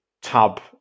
tab